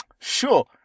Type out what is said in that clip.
Sure